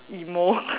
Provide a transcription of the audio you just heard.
emo